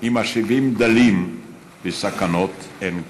עם משאבים דלים וסכנות אין קץ,